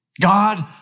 God